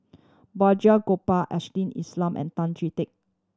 Balraj Gopal Ashley and Tan Chee Teck